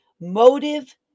motive